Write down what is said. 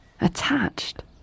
Attached